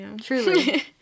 truly